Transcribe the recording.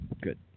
Good